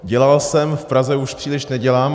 Dělal jsem v Praze, už příliš nedělám.